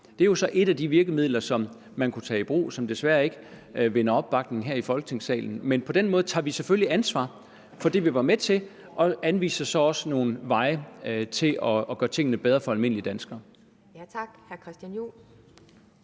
Det er så et af de virkemidler, som man kunne tage i brug, men som desværre ikke vinder opbakning her i Folketingssalen. Men på den måde tager vi selvfølgelig ansvar for det, vi var med til, og vi anviser så også nogle veje til at gøre tingene bedre for almindelige danskere.